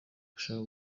udashaka